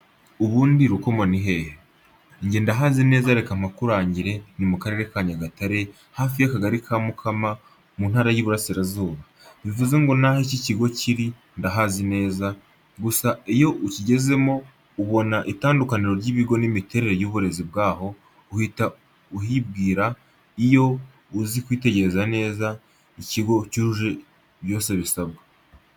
Ubundi Rukomo ni hehe? Njye ndahazi neza cyane reka mpakurangire ni mu Karere ka Nyagatare hafi y'akagali ka Mukama mu Ntara y'Iburasirazuba. Bivuze ngo naho iki kigo kiri ndahazi neza, gusa iyo ukigezemo ubona itandukaniro ry'ibigo n'imiterere y'uburezi bwaho uhita uyibwira iyo uzi kwitegereza neza, iki kigo cyujuje byose bisabwa.